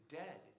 dead